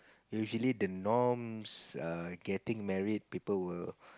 usually the norms err getting married people will